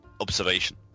observation